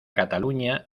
cataluña